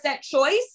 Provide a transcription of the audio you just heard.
choice